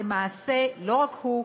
למעשה לא רק הוא,